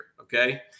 okay